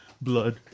Blood